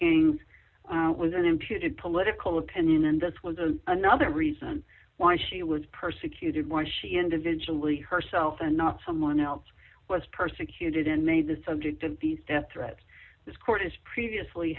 gangs was an imputed political opinion and this was another reason why she was persecuted why she individually herself and not someone else was persecuted and made the subject of these death threats this court has previously